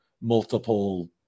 multiple